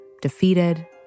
defeated